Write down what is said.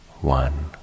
one